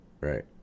Right